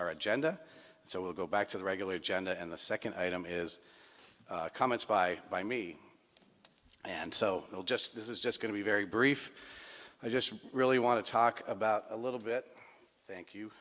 our agenda so we'll go back to the regular genda and the second item is comments by by me and so we'll just this is just going to be very brief i just really want to talk about a little bit thank you